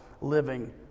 living